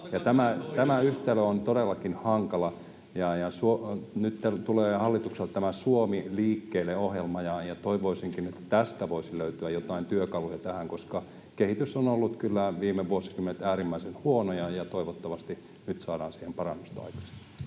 tämä yhtälö on todellakin hankala. Nyt tulee hallitukselta tämä Suomi liikkeelle -ohjelma, ja toivoisinkin, että tästä voisi löytyä jotain työkaluja tähän, koska kehitys on ollut kyllä viime vuosikymmenet äärimmäisen huono, ja toivottavasti nyt saadaan siihen parannusta aikaiseksi.